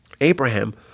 Abraham